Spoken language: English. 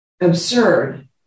absurd